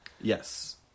yes